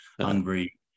hungry